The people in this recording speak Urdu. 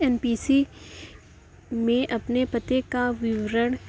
این پی سی میں اپنے پتے کا وورن